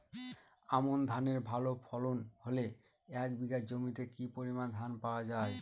আমন ধানের ভালো ফলন হলে এক বিঘা জমিতে কি পরিমান ধান পাওয়া যায়?